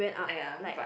!aiya! but